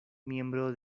miembro